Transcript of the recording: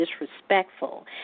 disrespectful